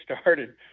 started